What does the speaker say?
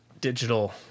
digital